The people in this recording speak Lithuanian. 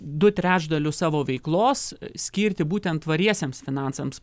du trečdalius savo veiklos skirti būtent tvariesiems finansams